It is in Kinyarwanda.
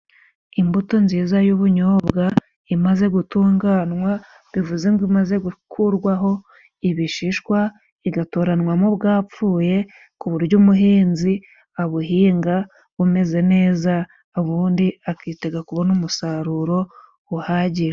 Imbuto nziza y'ubunyobwa imaze gutunganwa bivuze ngo imaze gukurwaho ibishishwa igatoranwamo ubwapfuye ku buryo umuhinzi abuhinga bumeze neza ubundi akitega kubona umusaruro uhagije.